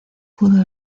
pudo